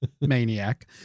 Maniac